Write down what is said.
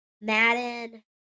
Madden